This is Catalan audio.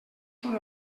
són